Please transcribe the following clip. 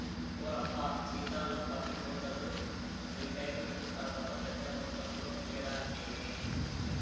ఓలప్పా జీతాల్లో పన్నుకోతలు రిటైరుమెంటు తర్వాత పెద్ద మొత్తంలో ఇయ్యడానికేనే